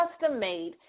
custom-made